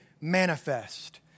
manifest